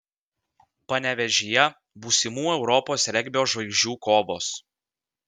panevėžyje būsimų europos regbio žvaigždžių kovos